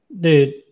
Dude